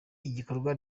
igikorwa